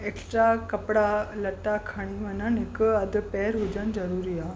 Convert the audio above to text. extra कपिड़ा लटा खणी वञण हिक अधि पेअर हुजनि ज़रूरी आहे